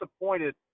disappointed